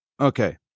Okay